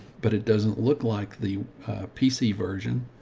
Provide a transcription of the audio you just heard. but it doesn't look like the pc version.